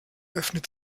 öffnet